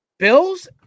Bills